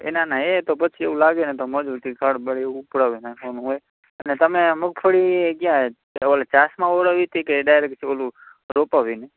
એ ના ના એ તો પછી એવું લાગે ને તો મજુરથી ખડ બડ ઉપડાવી નાખવાનું હોય અને તમે મગફળી ક્યાં ઓલી ચાસ ઓળવી હતી કે ડાયરેક્ટ ઓલું રોપાવીને